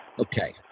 Okay